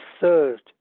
third